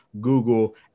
Google